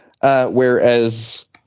Whereas